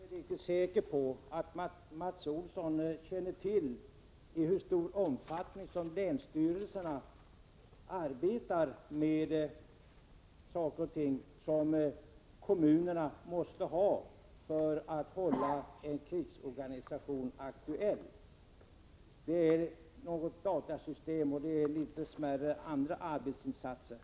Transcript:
Herr talman! Jag är inte riktigt säker på att Mats Olsson känner till i hur stor omfattning som länsstyrelserna arbetar med saker och ting som kommunerna måste ha för att hålla en krigsorganisation aktuell. Det är något datasystem och några andra smärre arbetsinsatser.